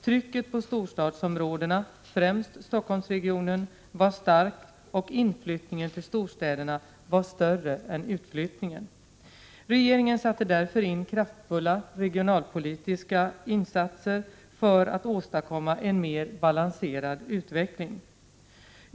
Trycket på storstadsområdena — främst Stockholmsregionen -— var starkt och inflyttningen till storstäderna var större än utflyttningen. Regeringen satte därför in kraftfulla regionalpolitiska insatser för att åstadkomma en mera balanserad utveckling.